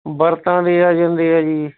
ਵਰਤਾਂ ਦੇ ਆ ਜਾਂਦੇ ਜੀ